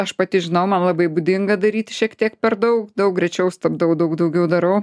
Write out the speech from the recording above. aš pati žinau man labai būdinga daryti šiek tiek per daug daug greičiau stabdau daug daugiau darau